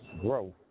growth